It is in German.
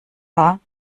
war